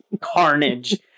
carnage